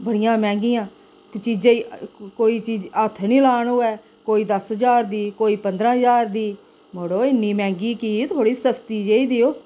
बड़ियां मैंह्गियां ते चीजें कोई चीज हत्थ नी लान होऐ कोई दस ज्हार दी कोई पंदरां ज्हार दी मड़ो इन्नी मैंह्गी कि थोह्ड़ी सस्ती जेही देओ